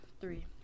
Three